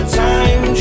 time